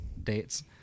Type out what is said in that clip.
dates